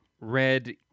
red